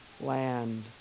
land